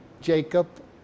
Jacob